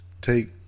take